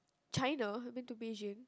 China I've been to Beijing